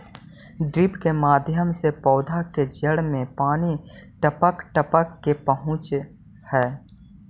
drip के माध्यम से पौधा के जड़ में पानी टपक टपक के पहुँचऽ हइ